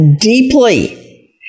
deeply